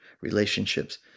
relationships